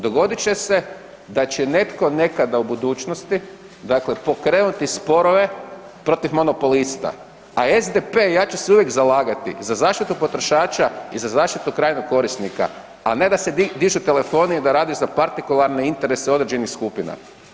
Dogodit će se da će netko nekad u budućnosti dakle pokrenuti sporove protiv monopolista a SDP i ja ću se uvijek zalagati za zaštitu potrošača i za zaštitu krajnjeg korisnika a ne da se dižu telefonu i da rade za partikularne interese određenih skupina.